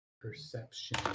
perception